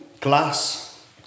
glass